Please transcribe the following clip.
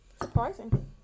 surprising